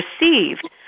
received